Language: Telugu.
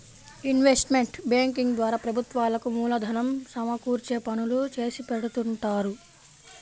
ఇన్వెస్ట్మెంట్ బ్యేంకింగ్ ద్వారా ప్రభుత్వాలకు మూలధనం సమకూర్చే పనులు చేసిపెడుతుంటారు